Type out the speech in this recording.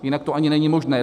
Jinak to ani není možné.